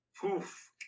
poof